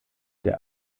der